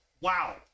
Wow